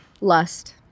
Lust